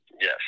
Yes